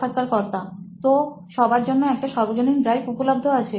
সাক্ষাৎকারকর্তা তো সবার জন্য একটা সর্বজনীন ড্রাইভ উপলব্ধ আছে